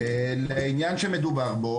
לעניין שמדובר בו,